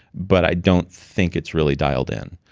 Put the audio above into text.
but i don't think it's really dialed in